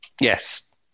Yes